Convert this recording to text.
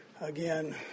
again